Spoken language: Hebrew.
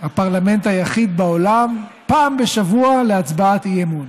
הפרלמנט היחיד בעולם, פעם בשבוע להצבעת אי-אמון,